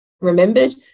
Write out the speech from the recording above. remembered